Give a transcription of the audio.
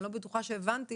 לא בטוחה שהבנתי